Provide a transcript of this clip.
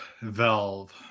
valve